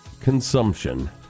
Consumption